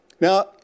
Now